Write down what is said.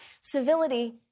civility